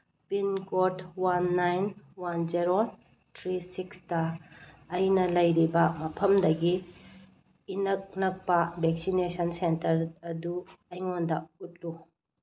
pin code one nine one zero three ꯁꯤꯛꯁꯇ ꯑꯩꯅ ꯂꯩꯔꯤꯕ ꯃꯐꯝꯗꯒꯤ ꯏꯅꯛ ꯅꯛꯄ ꯚꯦꯛꯁꯤꯅꯦꯁꯟ ꯁꯦꯟꯇꯔ ꯑꯗꯨ ꯑꯩꯉꯣꯟꯗ ꯎꯠꯂꯨ